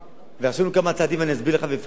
ועשינו כמה צעדים, ואסביר לך ואפרט לך אותם.